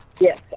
Yes